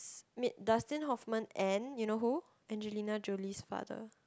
mid~ Dustin-Hoffman and you know who Angelina-Jolie's father